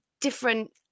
different